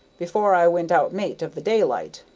before i went out mate of the daylight.